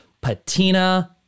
Patina